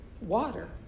Water